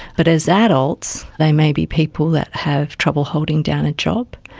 but as adults they may be people that have trouble holding down a job,